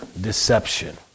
deception